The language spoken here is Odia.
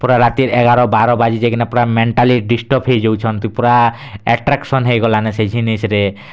ପୁରା ରାତିର୍ ଏଗାର ବାର ବାଜି ଯାଇକିନା ପୁରା ମେଣ୍ଟଲି ଡିଷ୍ଟର୍ବ ହେଇଯାଉଛନ୍ ପୁରା ଆଟ୍ରାକସନ୍ ହେଇଗଲାନି ସେ ଜିନିଷ୍ ରେ